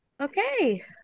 Okay